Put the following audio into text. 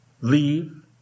Leave